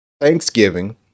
Thanksgiving